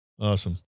awesome